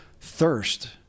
thirst